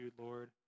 Lord